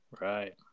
Right